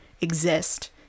exist